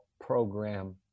program